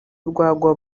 urwagwa